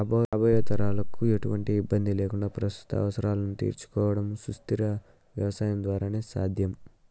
రాబోయే తరాలకు ఎటువంటి ఇబ్బంది లేకుండా ప్రస్తుత అవసరాలను తీర్చుకోవడం సుస్థిర వ్యవసాయం ద్వారానే సాధ్యం